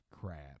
crap